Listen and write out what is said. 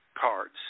cards